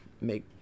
make